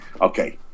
okay